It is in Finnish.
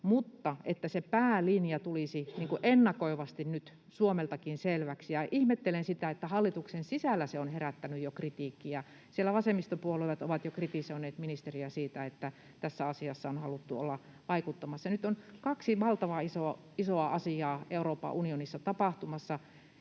se päälinja tulisi niin kuin ennakoivasti nyt Suomeltakin selväksi. Ihmettelen sitä, että hallituksen sisällä se on jo herättänyt kritiikkiä. Siellä vasemmistopuolueet ovat jo kritisoineet ministeriä siitä, että tässä asiassa on haluttu olla vaikuttamassa. Nyt on kaksi valtavan isoa asiaa Euroopan unionissa tapahtumassa: